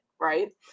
right